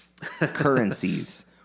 Currencies